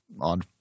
on